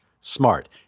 smart